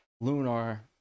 lunar